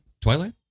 Twilight